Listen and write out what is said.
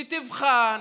שתבחן